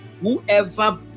whoever